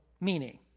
meaning